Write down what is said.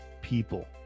people